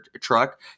truck